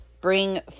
bring